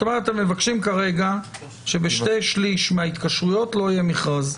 זאת אומרת שאתם מבקשים כרגע שבשני שליש מההתקשרויות לא יהיה מכרז.